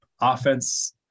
offense